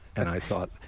and i thought,